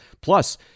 Plus